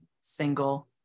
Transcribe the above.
single